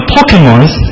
Pokemons